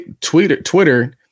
Twitter